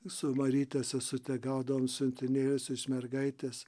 su maryte sesute gaudavom siuntinėlius iš mergaitės